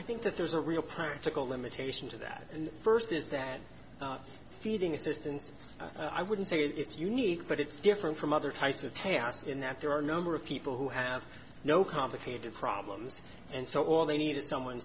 i think that there's a real practical limitation to that and first is that feeding assistance i wouldn't say that it's unique but it's different from other types of tasks in that there are number of people who have no complicated problems and so all they need is someone